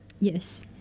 Yes